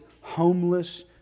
homeless